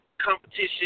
competition